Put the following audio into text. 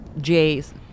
jay's